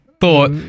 thought